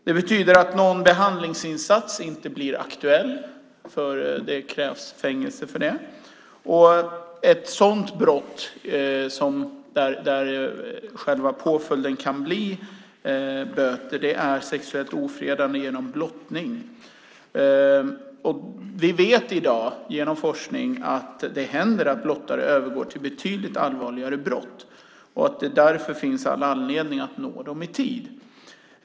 Det betyder att en behandlingsinsats inte blir aktuell - för det krävs fängelse. Ett brott där påföljden kan bli böter är sexuellt ofredande genom blottning. Vi vet i dag genom forskning att det händer att blottare övergår till betydligt allvarligare brott. Därför finns det all anledning att nå dem i tid.